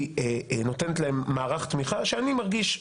היא נותנת להם מערך תמיכה שאני מרגיש,